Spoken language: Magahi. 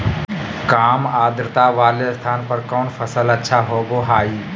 काम आद्रता वाले स्थान पर कौन फसल अच्छा होबो हाई?